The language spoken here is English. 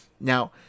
Now